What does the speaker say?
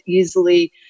Easily